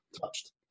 touched